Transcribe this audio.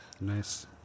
Nice